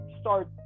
start